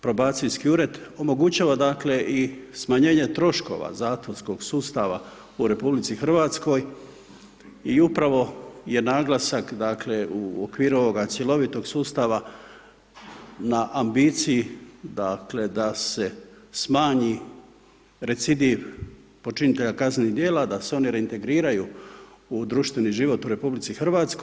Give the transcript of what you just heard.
Probacijski ured omogućava dakle i smanjenje troškova zatvorskog sustava u RH i upravo je naglasak dakle u okviru ovog cjelovitog sustava na ambiciji dakle da se smanji recidiv počinitelja kaznenih djela da se oni reintegriraju u društveni život u RH.